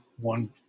one